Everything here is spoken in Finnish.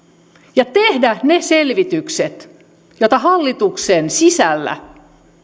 ja tehdä ne selvitykset joita hallituksen sisällä